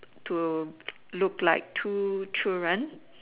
to look like two children